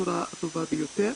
בצורה הטובה ביותר,